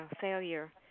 failure